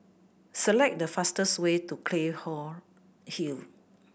select the fastest way to Hill